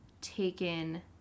taken